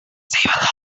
save